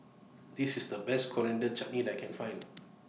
This IS The Best Coriander Chutney that I Can Find